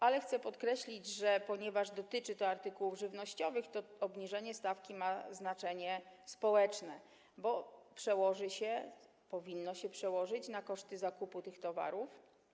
Ale chcę podkreślić, że ponieważ dotyczy to artykułów żywnościowych, obniżenie stawki ma znaczenie społeczne, bo powinno się przełożyć na koszty zakupu tych towarów.